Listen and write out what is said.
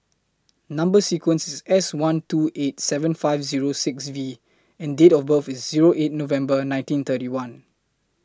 Number sequence IS S one two eight seven five Zero six V and Date of birth IS Zero eight November nineteen thirty one